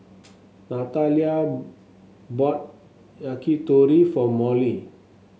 Natalia bought Yakitori for Molly